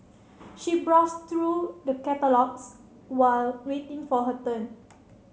she browsed through the catalogues while waiting for her turn